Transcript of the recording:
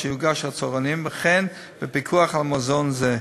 אשר יוגש בצהרונים וכן בפיקוח על מזון זה.